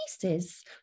pieces